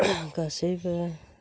गासैबो